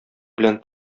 белән